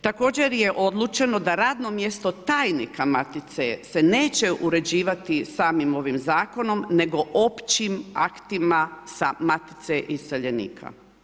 Također je odlučeno da radno mjesto tajnika matice se neće uređivati samim ovim zakonom, nego općim aktima sa Matice iseljenika.